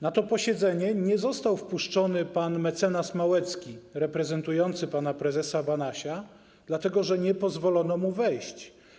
Na to posiedzenie nie został wpuszczony pan mecenas Małecki reprezentujący pana prezesa Banasia, dlatego że nie pozwolono mu wejść.